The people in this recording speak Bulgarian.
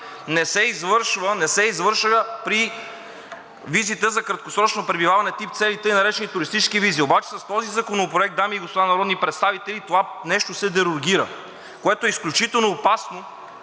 не се извършва при визите за краткосрочно пребиваване тип „С“ или тъй наречените туристически визи. Обаче с този законопроект, дами и господа народни представители, това нещо се дерогира, което е изключително опасно